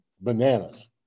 bananas